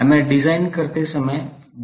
हमें डिजाइन करते समय ध्यान रखना होगा